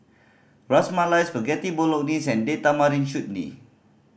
Ras Malai Spaghetti Bolognese and Date Tamarind Chutney